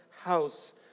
house